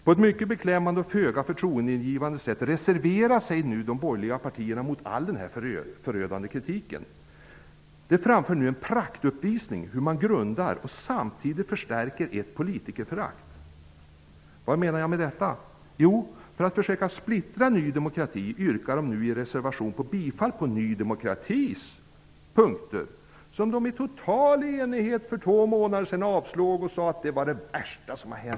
På ett mycket beklämmande och föga förtroendegivande sätt reserverar sig de borgerliga partierna mot all förödande kritik. De framför nu en praktuppvisning i hur man grundar och samtidigt förstärker ett politikerförakt. Vad menar jag med detta? Jo, för att försöka splittra Ny demokrati yrkar de nu i sin reservation på bifall till Ny demokratis punkter som de i total enighet yrkade avslag på för två månader sedan. Då sade de att det här var det värsta som kunde hända.